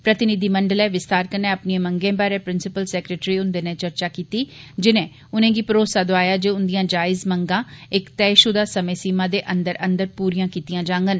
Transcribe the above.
प्रतिनिधिमंडलै विस्तार कन्नै अपनिएं मंगें बारे प्रिसिपल सैक्रेटरी हुंदे नै चर्चा कीती जिनें उनेंगी भरोसा दोआया जे उंदियां जायज मंगा इक तैहशुदा समें सीमा दे अंदर अंदर पूरियां कीतियां जांगन